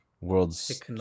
world's